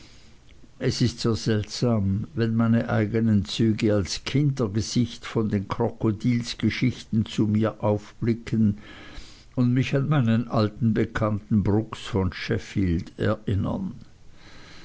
es ist so seltsam wenn meine eignen züge als kindergesicht von den krokodilgeschichten zu mir aufblicken und mich an meinen alten bekannten brooks von sheffield erinnern